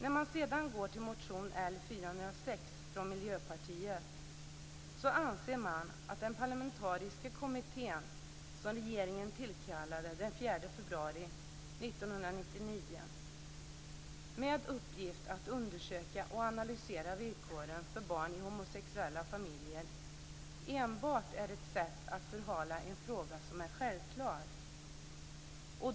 Om man sedan går till motion L406 från Miljöpartiet så anser man där att den parlamentariska kommitté som regeringen tillkallade den 4 februari 1999 med uppgift att undersöka och analysera villkoren för barn i homosexuella familjer enbart är ett sätt att förhala en fråga som är självklar.